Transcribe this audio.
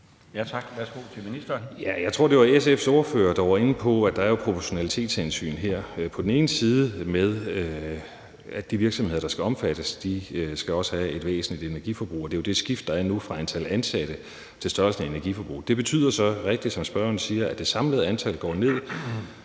Aagaard): Jeg tror, at det var SF's ordfører, der var inde på, at der jo er et proportionalitetshensyn her. På den ene side er der det med, at de virksomheder, der skal omfattes, også skal have et væsentligt energiforbrug, og det er jo det skift, der er nu, fra antallet af ansatte til størrelsen af energiforbrug. Det betyder så, som spørgeren rigtigt siger, at det samlede antal går ned,